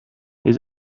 his